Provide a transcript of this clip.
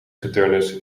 saturnus